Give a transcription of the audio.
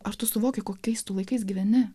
ar tu suvoki kokiais laikais gyveni